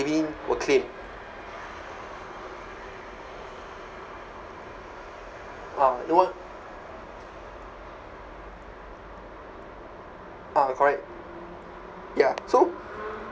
will claim !wah! lower ah correct ya so